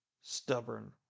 stubborn